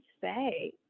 say